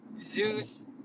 Zeus